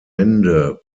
mende